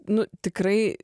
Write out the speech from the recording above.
nu tikrai